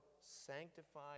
sanctify